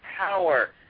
power